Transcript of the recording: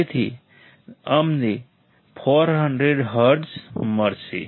તેથી અમને 400 હર્ટ્ઝ મળશે